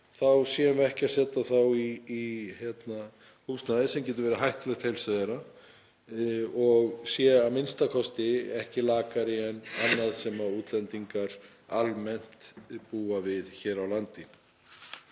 við séum ekki að setja þá í húsnæði sem getur verið hættulegt heilsu þeirra og það sé a.m.k. ekki lakara en annað sem útlendingar almennt búa við hér á landi.